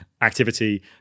activity